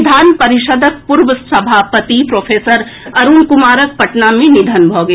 विधान परिषदक पूर्व सभापति प्रोफेसर अरूण कुमारक पटना मे निधन भऽ गेल